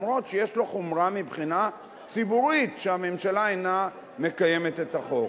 גם אם יש חומרה מבחינה ציבורית בזה שהממשלה אינה מקיימת את החוק.